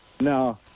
no